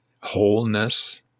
wholeness